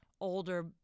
older